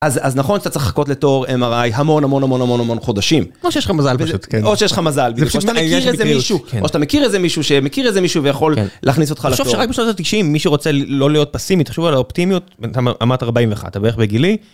אז נכון שאתה צריך לחכות לתור MRI המון המון המון המון המון חודשים. או שיש לך מזל, או שיש לך מזל, או שאתה מכיר איזה מישהו, או שאתה מכיר איזה מישהו שמכיר איזה מישהו שיכול להכניס אותך לתור. אני חושב שרק בשנות ה-90 מי שרוצה לא להיות פסימי תחשוב על האופטימיות, אתה אמרת 41, אתה בערך בגילי.